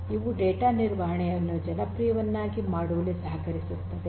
ಇವು ಡೇಟಾ ನಿರ್ವಹಣೆಯನ್ನು ಜನಪ್ರಿಯವನ್ನಾಗಿ ಮಾಡುವಲ್ಲಿ ಸಹಕರಿಸುತ್ತವೆ